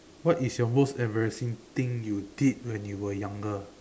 what is your most embarrassing thing you did when you were younger